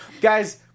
Guys